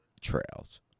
trails